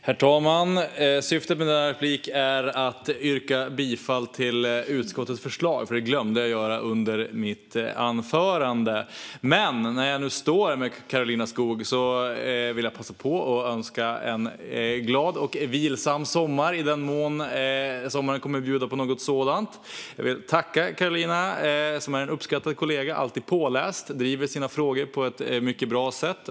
Herr talman! Syftet med denna replik är att yrka bifall till utskottets förslag, för det glömde jag att göra under mitt anförande. Men när jag nu står här med Karolina Skog vill jag passa på att önska henne en glad och vilsam sommar, i den mån sommaren kommer att bjuda på något sådant. Jag vill tacka Karolina, som är en uppskattad kollega. Hon är alltid påläst och driver sina frågor på ett mycket bra sätt.